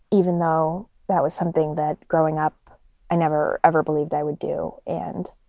even though that was something that growing up i never ever believed i would do. and